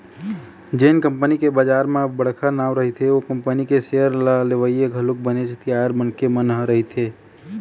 जेन कंपनी के बजार म बड़का नांव रहिथे ओ कंपनी के सेयर ल लेवइया घलोक बनेच तियार मनखे मन ह रहिथे